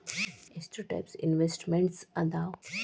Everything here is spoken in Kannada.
ಎಷ್ಟ ಟೈಪ್ಸ್ ಇನ್ವೆಸ್ಟ್ಮೆಂಟ್ಸ್ ಅದಾವ